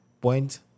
Point